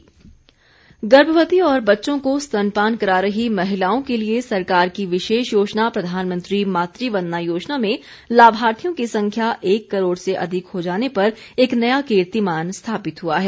मातृ वंदना योजना गर्भवती और बच्चों को स्तनपान करा रही महिलाओं के लिए सरकार की विशेष योजना प्रधानमंत्री मातुवंदना योजना में लाभार्थियों की संख्या एक करोड़ से अधिक हो जाने पर एक नया कीर्तिमान स्थापित हुआ है